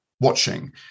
watching